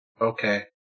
Okay